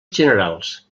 generals